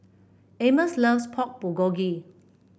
Amos loves Pork Bulgogi